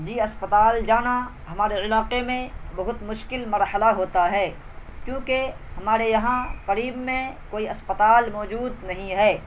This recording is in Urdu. جی اسپتال جانا ہمارے علاقے میں بہت مشکل مرحلہ ہوتا ہے کیونکہ ہمارے یہاں قریب میں کوئی اسپتال موجود نہیں ہے